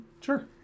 Sure